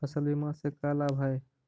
फसल बीमा से का लाभ है?